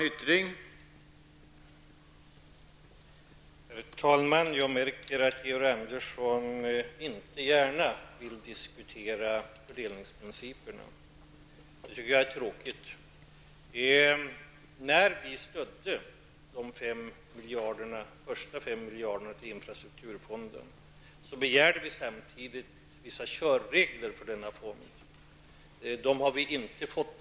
Herr talman! Jag märker att Georg Andersson inte gärna vill diskutera fördelningsprinciperna, och det tycker jag är tråkigt. När vi stödde förslaget om de första fem miljarderna till infrastrukturfonden begärde vi samtidigt vissa körregler för fonden. Dessa har vi ännu inte fått.